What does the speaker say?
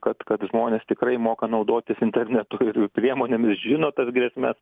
kad kad žmonės tikrai moka naudotis internetu ir priemonėmis žino tas grėsmes